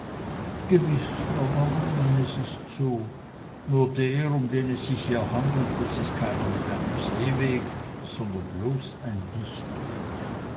frau baronin es ist so nur der um den es sich hier handelt das ist keiner mit einem seeweg sondern bloß ein dichter